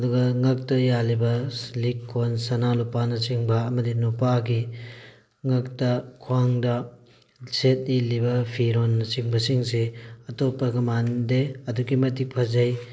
ꯑꯗꯨꯒ ꯉꯛꯇ ꯌꯥꯜꯂꯤꯕ ꯂꯤꯛ ꯀꯣꯟ ꯁꯅꯥ ꯂꯨꯄꯥꯅ ꯆꯤꯡꯕ ꯑꯃꯗꯤ ꯅꯨꯄꯥꯒꯤ ꯉꯛꯇ ꯈ꯭ꯋꯥꯡꯗ ꯁꯦꯠꯂꯤ ꯏꯜꯂꯤꯕ ꯐꯤꯔꯣꯜꯅ ꯆꯤꯡꯕꯁꯤꯡꯁꯦ ꯑꯇꯣꯞꯄꯒ ꯃꯥꯟꯅꯗꯦ ꯑꯗꯨꯛꯀꯤ ꯃꯇꯤꯛ ꯐꯖꯩ